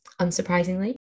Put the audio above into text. unsurprisingly